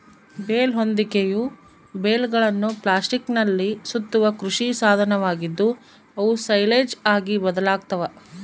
bale ಹೊದಿಕೆಯು ಬೇಲ್ಗಳನ್ನು ಪ್ಲಾಸ್ಟಿಕ್ನಲ್ಲಿ ಸುತ್ತುವ ಕೃಷಿ ಸಾಧನವಾಗಿದ್ದು, ಅವು ಸೈಲೇಜ್ ಆಗಿ ಬದಲಾಗ್ತವ